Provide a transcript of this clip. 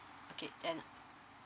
okay and